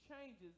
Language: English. changes